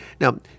Now